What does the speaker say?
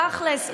תכלס,